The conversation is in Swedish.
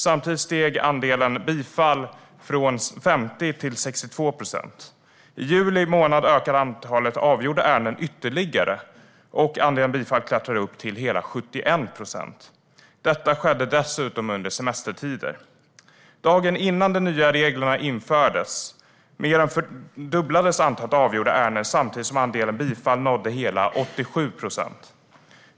Samtidigt steg andelen bifall från 50 till 62 procent. I juli månad ökade antalet avgjorda ärenden ytterligare, och andelen bifall ökade till hela 71 procent. Detta skedde dessutom under semestertider. Dagen innan de nya reglerna infördes mer än fördubblades antalet avgjorda ärenden samtidigt som andelen bifall nådde hela 87 procent.